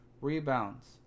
rebounds